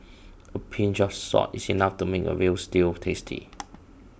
a pinch of salt is enough to make a Veal Stew tasty